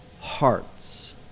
Hearts